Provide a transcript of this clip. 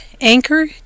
Anchor